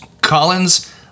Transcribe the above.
Collins